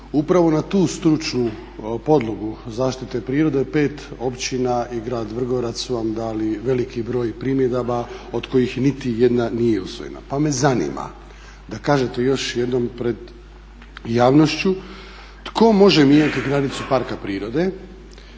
Upravo na tu stručnu podlogu zaštite prirode 5 općina i grad Vrgorac su vam dali veliki broj primjedaba od kojih niti jedna nije usvojena. Pa me zanima da kažete još jednom pred javnošću tko može mijenjati granicu parka prirode,